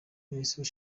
minisitiri